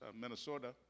Minnesota